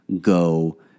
go